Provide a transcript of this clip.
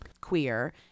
queer